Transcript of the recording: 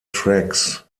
tracks